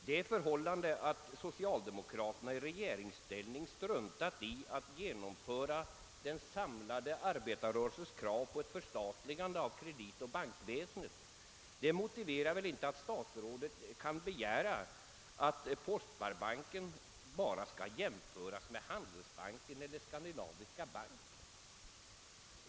Det förhållandet att socialdemokraterna i regeringsställ: ning struntat i att genomföra den samlade arbetarrörelsens krav på ett förstatligande av kreditoch bankväsendet motiverar väl inte att statsrådet kan bergöra att postsparbanken bara skall jämföras med Handelsbanken eller Skandinaviska banken.